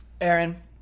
Aaron